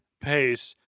pace